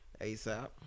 ASAP